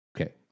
Okay